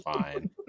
fine